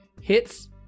hits